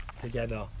together